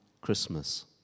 Christmas